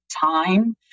time